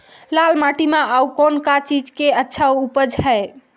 लाल माटी म अउ कौन का चीज के अच्छा उपज है?